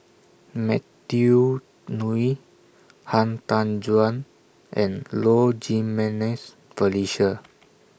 Matthew Ngui Han Tan Juan and Low Jimenez Felicia